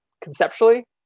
conceptually